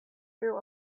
through